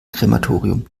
krematorium